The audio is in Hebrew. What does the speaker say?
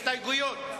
הסתייגויות.